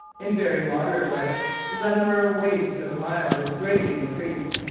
in very moderate weather the number of waves to the mile is greatly increased,